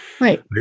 Right